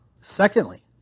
Secondly